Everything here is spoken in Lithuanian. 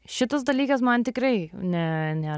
šitas dalykas man tikrai ne ne